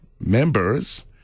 members